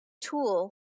tool